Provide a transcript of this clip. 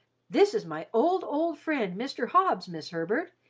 this is my old, old friend mr. hobbs, miss herbert,